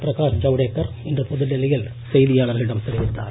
பிரகாஷ் ஜவ்டேக்கர் இன்று புதுடெல்லியில் செய்தியாளர்களிடம் தெரிவித்தார்